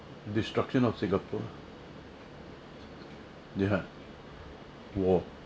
destruction of singapore ya war